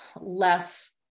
less